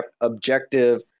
objective